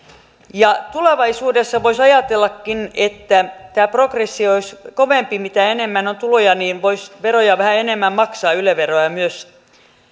tulevaisuudessa voisikin ajatella että tämä progressio olisi sitä kovempi mitä enemmän on tuloja niin voisi veroja yle veroa vähän enemmän maksaa